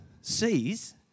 sees